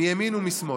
מימין ומשמאל: